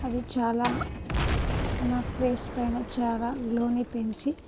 అది చాలా నా ఫేస్ పైన చాలా గ్లోని పెంచి